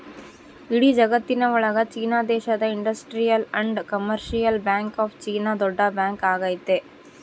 ಇಡೀ ಜಗತ್ತಿನ ಒಳಗ ಚೀನಾ ದೇಶದ industrial and commercial bank of China ದೊಡ್ಡ ಬ್ಯಾಂಕ್ ಆಗೈತೆ